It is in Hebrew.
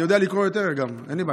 אני יודע לקרוא יותר, אין לי בעיה.